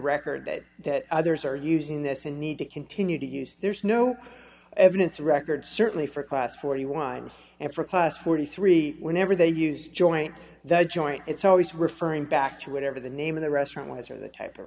record that that others are using this and need to continue to use there's no evidence of record certainly for class forty wine and for class forty three whenever they use joint the joint it's always referring back to whatever the name of the restaurant is or the type of